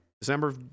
December